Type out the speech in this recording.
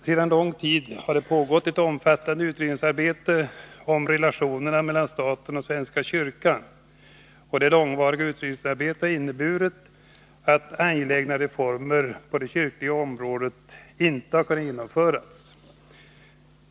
Sedan lång tid tillbaka har det pågått ett omfattande utredningsarbete om relationerna mellan staten och svenska kyrkan. Det långvariga utredningsarbetet har inneburit att angelägna reformer på det kyrkliga området inte har kunnat genomföras.